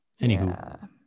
anywho